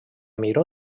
miró